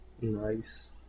nice